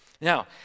Now